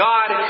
God